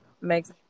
makes